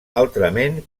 altrament